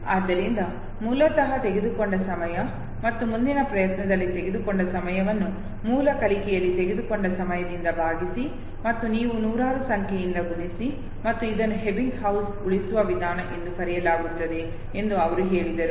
ಆದ್ದರಿಂದ ಮೂಲತಃ ತೆಗೆದುಕೊಂಡ ಸಮಯ ಮತ್ತು ಮುಂದಿನ ಪ್ರಯತ್ನದಲ್ಲಿ ತೆಗೆದುಕೊಂಡ ಸಮಯವನ್ನು ಮೂಲ ಕಲಿಕೆಯಲ್ಲಿ ತೆಗೆದುಕೊಂಡ ಸಮಯದಿಂದ ಭಾಗಿಸಿ ಮತ್ತು ನೀವು ನೂರಾರು ಸಂಖ್ಯೆಯಿಂದ ಗುಣಿಸಿ ಮತ್ತು ಇದನ್ನು ಎಬ್ಬಿಂಗ್ಹೌಸ್ ಉಳಿಸುವ ವಿಧಾನ ಎಂದು ಕರೆಯಲಾಗುತ್ತದೆ ಎಂದು ಅವರು ಹೇಳಿದರು